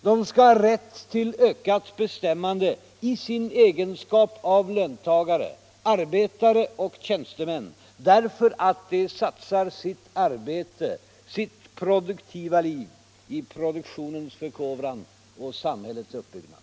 De skall ha rätt till ökat bestämmande i sin egenskap av löntagare, arbetare och tjänstemän därför att de satsar sitt arbete, sitt produktiva liv, i produktionens förkovran och samhällets uppbyggnad.